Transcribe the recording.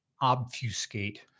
obfuscate